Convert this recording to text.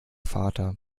vater